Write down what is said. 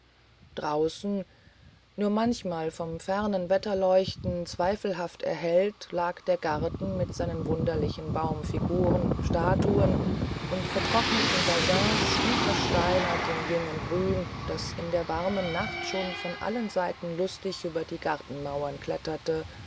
draußen nur manchmal vom fernen wetterleuchten zweifelhaft erhellt lag der garten mit seinen wunderlichen baumfiguren statuen und vertrockneten bassins wie versteinert im jungen grün das in der warmen nacht schon von allen seiten lustig über die gartenmauer kletterte